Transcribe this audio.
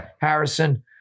Harrison